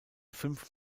fünf